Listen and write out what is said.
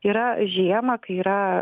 yra žiemą kai yra